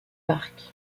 park